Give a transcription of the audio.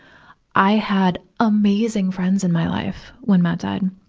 i had amazing friends in my life when matt died,